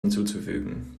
hinzuzufügen